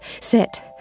Sit